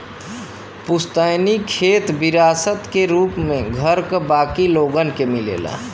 पुस्तैनी खेत विरासत क रूप में घर क बाकी लोगन के मिलेला